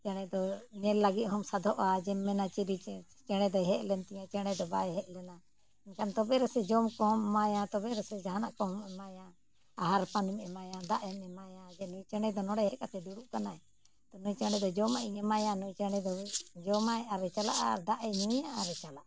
ᱪᱮᱬᱮ ᱫᱚ ᱧᱮᱞ ᱞᱟᱹᱜᱤᱫ ᱦᱚᱢ ᱥᱟᱫᱷᱚᱜᱼᱟ ᱡᱮᱢ ᱢᱮᱱᱟ ᱪᱤᱞᱤ ᱪᱮᱬᱮ ᱪᱮᱬᱮᱫᱚᱭ ᱦᱮᱡᱞᱮᱱ ᱛᱤᱧᱟᱹ ᱪᱮᱬᱮ ᱫᱚ ᱵᱟᱭ ᱦᱮᱡ ᱞᱮᱱᱟ ᱢᱮᱱᱠᱷᱟᱱ ᱛᱚᱵᱮ ᱨᱮ ᱥᱮ ᱡᱚᱢ ᱠᱚᱦᱚᱢ ᱮᱢᱟᱭᱟ ᱛᱚᱵᱮ ᱨᱮ ᱥᱮ ᱡᱟᱦᱟᱱᱟᱜ ᱠᱚᱦᱚᱢ ᱮᱢᱟᱭᱟ ᱟᱦᱟᱨ ᱯᱟᱱᱤᱢ ᱮᱢᱟᱭᱟ ᱫᱟᱜ ᱮᱢ ᱮᱢᱟᱭᱟ ᱡᱮ ᱱᱩᱭ ᱪᱮᱬᱮ ᱫᱚ ᱱᱚᱰᱮ ᱦᱮᱡ ᱠᱟᱛᱮᱫ ᱮ ᱫᱩᱲᱩᱵ ᱟᱠᱟᱱᱟᱭ ᱛᱳ ᱱᱩᱭ ᱪᱮᱬᱮᱫᱚ ᱡᱚᱢᱟᱜ ᱤᱧ ᱮᱢᱟᱭᱟ ᱱᱩᱭ ᱪᱮᱬᱮ ᱫᱚ ᱡᱚᱢᱟᱭ ᱟᱨᱮ ᱪᱟᱞᱟᱜᱼᱟ ᱟᱨ ᱫᱟᱜ ᱮ ᱧᱩᱭᱟ ᱟᱨᱮ ᱪᱟᱞᱟᱜᱼᱟ